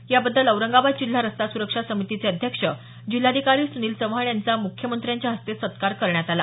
याबद्दल औरंगाबाद जिल्हा रस्ता सुरक्षा समितीचे अध्यक्ष जिल्हाधिकारी सुनील चव्हाण यांचा मुख्यमंत्र्यांच्या हस्ते सत्कार करण्यात आला